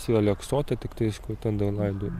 yra aleksote tiktais kur ten dar laidojo